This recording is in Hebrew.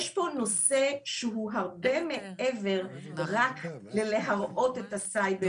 יש פה נושא שהוא הרבה מעבר מרק להראות את הסייבר,